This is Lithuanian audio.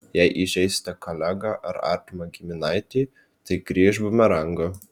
jei įžeisite kolegą ar artimą giminaitį tai grįš bumerangu